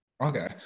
Okay